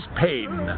pain